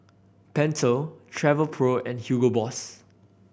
Pentel Travelpro and Hugo Boss